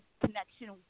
connection